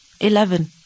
Eleven